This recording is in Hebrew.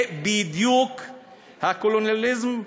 זה בדיוק הקולוניאליזם,